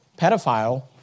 pedophile